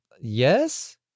Yes